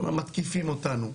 הוא אומר מתקיפים אותנו,